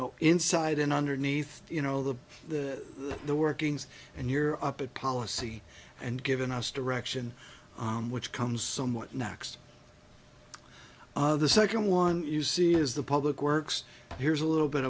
know inside and underneath you know the the workings and you're up at policy and given us direction on which comes some what next the second one you see is the public works here's a little bit